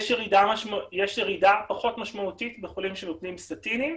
יש ירידה פחות משמעותית בחולים שלוקחים סטטינים,